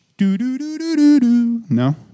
No